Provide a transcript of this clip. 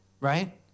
right